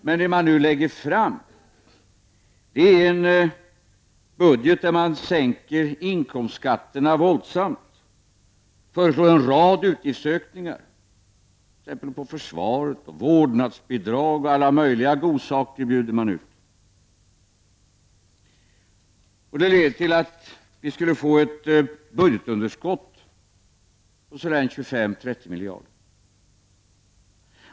Men det man nu lägger fram är en budget där man sänker inkomstskatterna våldsamt, föreslår en rad utgiftsökningar, t.ex. beträffande försvaret. Vårdnadsbidrag och alla möjliga godsaker bjuder man ut. Och det leder till att vi skulle få ett budgetunderskott på ungefär 25—30 miljarder.